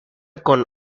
con